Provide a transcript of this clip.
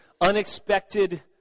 unexpected